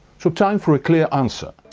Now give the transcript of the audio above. so time for a clear answer.